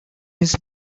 his